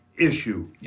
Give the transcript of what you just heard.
issue